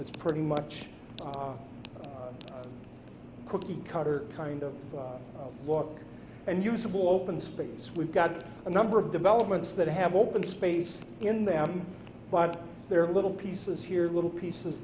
that's pretty much a cookie cutter kind of look and useable open space we've got a number of developments that have open space in them but they're little pieces here little pieces